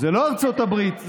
זו לא ארצות הברית,